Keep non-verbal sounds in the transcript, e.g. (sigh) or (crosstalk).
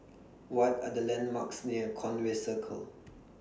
What Are The landmarks near Conway Circle (noise)